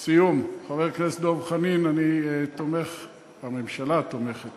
לסיום, חבר הכנסת דב חנין, הממשלה תומכת